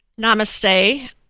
Namaste